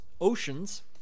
oceans